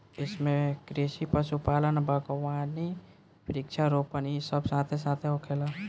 एइमे कृषि, पशुपालन, बगावानी, वृक्षा रोपण इ सब साथे साथ होखेला